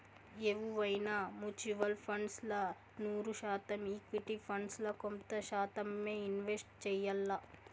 ఎవువైనా mutual funds ల నూరు శాతం ఈక్విటీ ఫండ్స్ ల కొంత శాతమ్మే ఇన్వెస్ట్ చెయ్యాల్ల